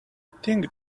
think